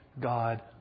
God